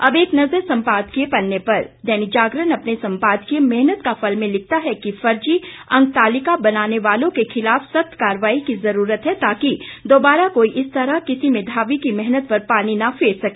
अब एक नजर सम्पादकीय पन्ने पर दैनिक जागरण अपने सम्पादकी मेहनत का फल में लिखता है कि फर्जी अंकतालिका बनाने वालों के खिलाफ सख्त कार्रवाई की जरूरत है ताकि दोबारा कोई इस तरह किसी मेधावी की मेहनत पर पानी न फेर सके